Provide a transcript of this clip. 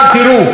כבוד היושב-ראש,